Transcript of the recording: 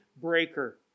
breaker